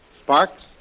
Sparks